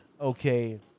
Okay